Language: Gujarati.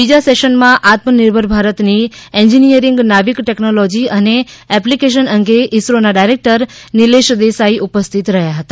બીજા સેશનમાં આત્મનિર્ભર ભારતની એન્જનીયરીંગ નાવિક ટેકનોલોજી અને એપ્લિકેશન અંગે ઇસરોના ડાયરેકટર નિલેશ દેસાઇ ઉપસ્થિત રહ્યા હતા